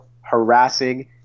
harassing